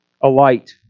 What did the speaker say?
alight